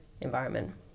environment